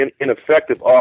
ineffective